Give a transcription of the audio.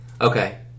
okay